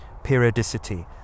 periodicity